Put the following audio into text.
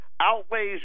outweighs